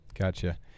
Gotcha